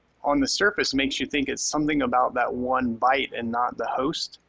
on the surface makes you think it's something about that one bite and not the host.